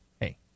Hey